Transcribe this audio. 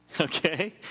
Okay